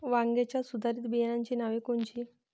वांग्याच्या सुधारित बियाणांची नावे कोनची?